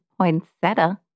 poinsettia